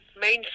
main